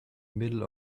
middle